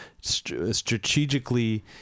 Strategically